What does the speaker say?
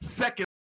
second